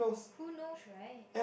who knows right